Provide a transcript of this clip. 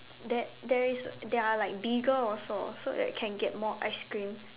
there there is there are like bigger also so like can get more ice cream